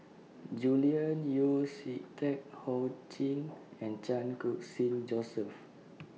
Julian Yeo See Teck Ho Ching and Chan Khun Sing Joseph